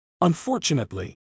Unfortunately